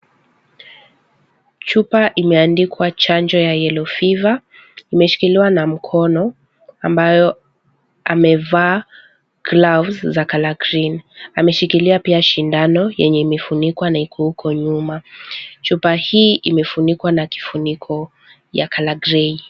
Chupa imeandikwa chanjo ya yellow fever . Imeshikilia na mkono ambayo amevaa gloves za colour green . Ameshikilia pia shindano yenye imefunikwa na iko huko nyuma. Chupa hii imefunikwa na kifuniko ya colour grey .